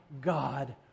God